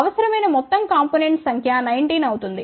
అవసరమైన మొత్తం కాంపొనెంట్స్ సంఖ్య 19 అవుతుంది